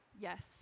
Yes